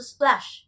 Splash